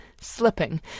slipping